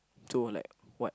so like what